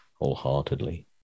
wholeheartedly